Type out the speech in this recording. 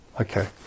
Okay